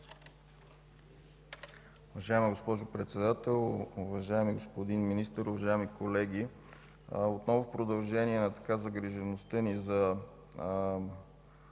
Уважаема госпожо Председател, уважаеми господин Министър, уважаеми колеги! Отново в продължение на загрижеността ни за